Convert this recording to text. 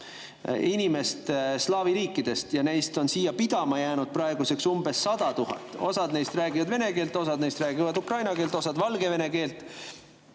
inimest slaavi riikidest. Ja neist on siia pidama jäänud praeguseks umbes 100 000. Osa neist räägib vene keelt, osa neist räägib ukraina keelt, osa valgevene keelt.